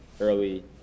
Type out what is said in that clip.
early